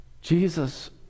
Jesus